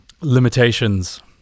limitations